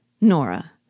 Nora